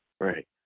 right